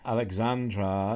Alexandra